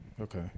Okay